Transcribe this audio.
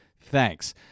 Thanks